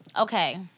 Okay